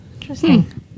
Interesting